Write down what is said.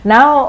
Now